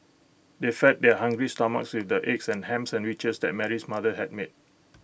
they fed their hungry stomachs with the egg and Ham Sandwiches that Mary's mother had made